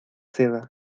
seda